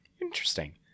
Interesting